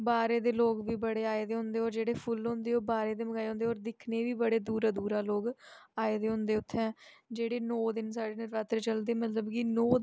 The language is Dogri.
बाह्रे दे लोक बी बड़े आए दे होंदे होर जेह्ड़े फुल्ल होंदे ओह् बाह्र दा मंगाए दे होंदे होर दिक्खने ई बी दूरा दूरा लोक आए दे होंदे उत्थें जेह्ड़े नौ दिन साढ़े नरात्रे चलदे मतलब कि नौ